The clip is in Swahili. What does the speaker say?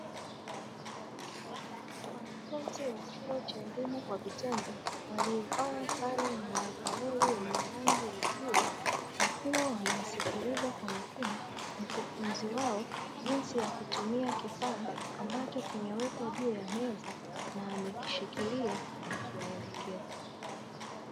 Wanafunzi wa chuo wa elimu kwa vitendo waliovaa sare ya maovaloli yenye rangi ya bluu, wakiwa wanamsikiliza kwa makini mkufunzi wao jinsi ya kutumia kifaa ambacho kimewekwa juu ya meza na amekishikilia akiwa elekeza.